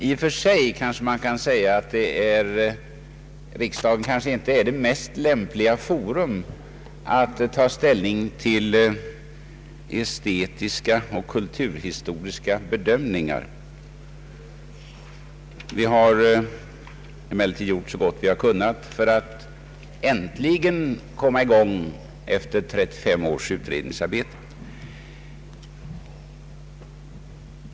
I och för sig kanske riksdagen inte är mest lämpliga forum då det gäller att ta ställning till estetiska och kulturhistoriska bedömningar. Vi har emellertid gjort så gott vi kunnat för att man äntligen skall komma i gång efter 35 års utredningsarbete.